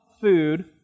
food